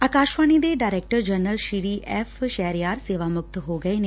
ਆਕਾਸ਼ਵਾਣੀ ਦੇ director general Shri F Shahryar ਸੇਵਾ ਮੁਕਤ ਹੋ ਗਏ ਨੇ